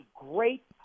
great